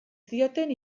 zioten